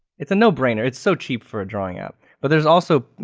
it's a no brainer, it's so cheap for a drawing app. but there's also